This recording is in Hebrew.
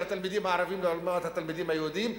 התלמידים הערבים לעומת התלמידים היהודים,